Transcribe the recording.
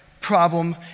problem